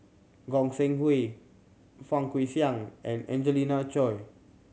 Goi Seng Hui Fang Guixiang and Angelina Choy